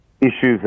issues